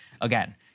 again